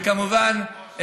כמובן,